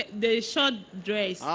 they shot dress. ah,